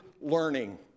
learning